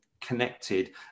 connected